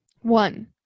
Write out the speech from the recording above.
One